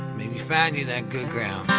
maybe find you that good ground